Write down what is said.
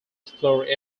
explore